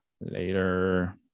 Later